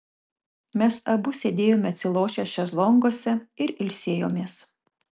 mes abu sėdėjome atsilošę šezlonguose ir ilsėjomės